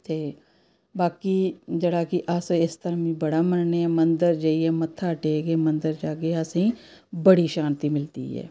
ते बाकी जेह्ड़ा कि अस इस टाईम बड़ा मन्नने आं मंदर जाइयै मत्था टेकगे मंदर जागे असेंई बड़ी शांती मलदी ऐ